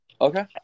Okay